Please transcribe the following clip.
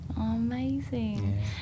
Amazing